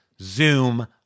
Zoom